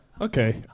Okay